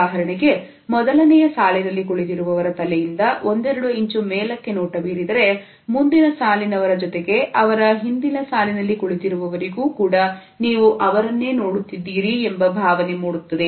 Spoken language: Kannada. ಉದಾಹರಣೆಗೆ ಮೊದಲನೆಯ ಸಾಲಿನಲ್ಲಿ ಕುಳಿತಿರುವವರ ತಲೆಯಿಂದ ಒಂದೆರಡು ಇಂಚು ಮೇಲಕ್ಕೆ ನೋಟ ಬೀರಿದರೆ ಮುಂದಿನ ಸಾಲಿನ ಅವರ ಜೊತೆಗೆ ಅವರ ಹಿಂದಿನ ಸಾಲಿನಲ್ಲಿ ಕುಳಿತಿರುವವರಿಗೂ ಕೂಡ ನೀವು ಅವರನ್ನೇ ನೋಡುತ್ತಿದ್ದೀರಿ ಎಂಬ ಭಾವನೆ ಮೂಡುತ್ತದೆ